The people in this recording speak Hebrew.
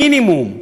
מינימום,